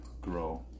grow